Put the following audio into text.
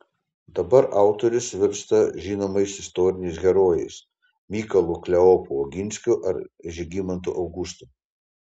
dabar autorius virsta žinomais istoriniais herojais mykolu kleopu oginskiu ar žygimantu augustu